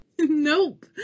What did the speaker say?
Nope